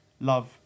love